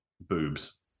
boobs